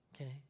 okay